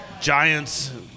Giants